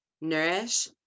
nourish